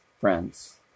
friends